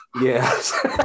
yes